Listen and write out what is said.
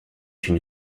une